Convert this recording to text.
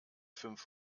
fünf